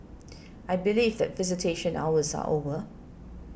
I believe that visitation hours are over